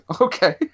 okay